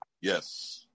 Yes